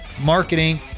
marketing